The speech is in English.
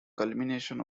culmination